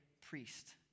priest